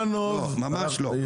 לא, ממש לא.